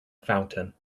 fountain